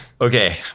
okay